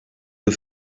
yıl